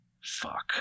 fuck